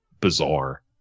bizarre